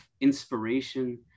inspiration